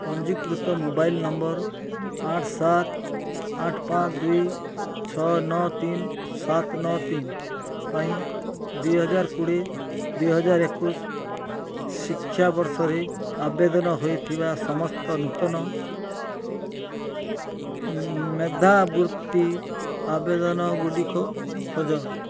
ପଞ୍ଜୀକୃତ mobile number ଆଠ ସାତ ଆଠ ପାଞ୍ଚ ଦୁଇ ଛଅ ନଅ ତିନି ସାତ ନଅ ତିନି ପାଇଁ ଦୁଇହଜାର କୋଡ଼ିଏ ଦୁଇହଜାରେ ଏକୋଉଶି ଶିକ୍ଷାବର୍ଷରେ ଆବେଦନ ହୋଇଥିବା ସମସ୍ତ ନୂତନ ମେଧାବୃତ୍ତି ଆବେଦନଗୁଡ଼ିକ ଖୋଜ